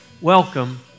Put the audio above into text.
welcome